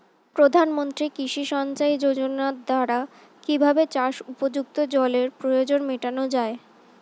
প্রধানমন্ত্রী কৃষি সিঞ্চাই যোজনার দ্বারা কিভাবে চাষ উপযুক্ত জলের প্রয়োজন মেটানো য়ায়?